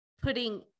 putting